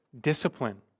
discipline